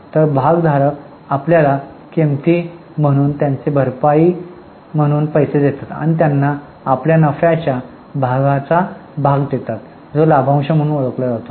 तर भागधारक आम्हाला कंपनी म्हणून त्यांचे पैसे भरपाई म्हणून पैसे देतात आपण त्यांना आमच्या नफ्याच्या भागाचा भाग देतो जो लाभांश म्हणून ओळखला जातो